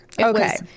okay